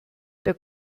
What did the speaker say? der